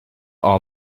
all